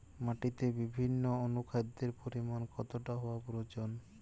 মাটিতে বিভিন্ন অনুখাদ্যের পরিমাণ কতটা হওয়া প্রয়োজন?